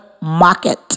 market